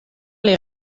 les